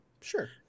Sure